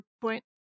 point